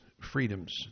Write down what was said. freedoms